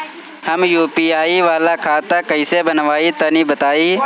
हम यू.पी.आई वाला खाता कइसे बनवाई तनि बताई?